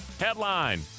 Headline